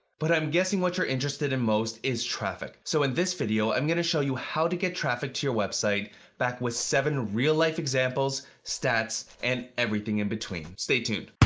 but i'm guessing what you're interested in most is traffic. so in this video, i'm going to show you how to get traffic to your website backed with seven real-life examples, stats, and everything in between. stay tuned.